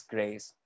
Grace